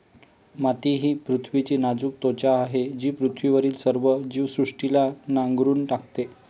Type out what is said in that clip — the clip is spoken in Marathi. माती ही पृथ्वीची नाजूक त्वचा आहे जी पृथ्वीवरील सर्व जीवसृष्टीला नांगरून टाकते